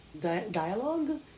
dialogue